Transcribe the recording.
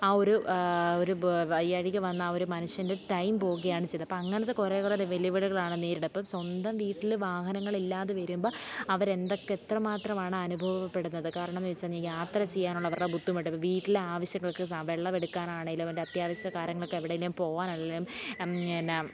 ആ ഒരു ഒരു വയ്യായ്ക വന്നാൽ ഒരു മനുഷ്യന്റെ ടൈം പോകുകയാണ് ചെയ്തത് അപ്പം അങ്ങനത്തെ കുറേ കുറേ വെല്ലു വിളികളാണ് നേരിടാൻ അപ്പം സ്വന്തം വീട്ടിൽ വാഹനങ്ങളില്ലാതെ വരുമ്പം അവരെന്തൊക്കെ എത്രമാത്രമാണനുഭവപ്പെടുന്നത് കാരണമെന്നു വെച്ചു കഴിഞ്ഞാൽ യാത്ര ചെയ്യാനുള്ള അവരുടെ ബുദ്ധിമുട്ട് ഇപ്പം വീട്ടിലാവശ്യങ്ങൾക്ക് സാ വെള്ളമെടുക്കാനാണെങ്കിലും ഒരത്യാവശ്യ കാര്യങ്ങള്ക്കെവിടെയെങ്കിലും പോകാനാണെങ്കിലും എന്ന